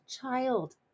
child